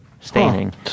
staining